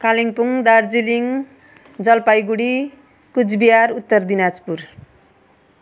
Kalimpong Darjeeling Jalpaiguri Cooch Behar Uttar Dinajpur